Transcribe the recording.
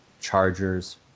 Chargers